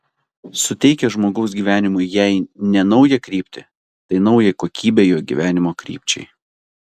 suteikia žmogaus gyvenimui jei ne naują kryptį tai naują kokybę jo gyvenimo krypčiai